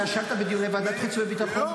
אתה ישבת בדיוני ועדת החוץ והביטחון?